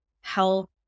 health